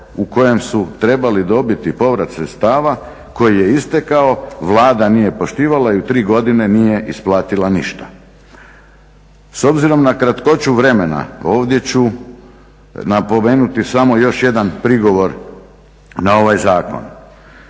u kojem su trebali dobiti povrat sredstava koji je istekao Vlada nije poštivala i u 3 godine nije isplatila ništa. S obzirom na kratkoću vremena ovdje ću napomenuti samo još jedan prigovor na ovaj zakon.